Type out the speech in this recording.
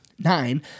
Nine